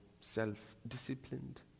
self-disciplined